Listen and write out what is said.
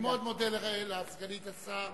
אני מאוד מודה לסגנית השר